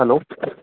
hello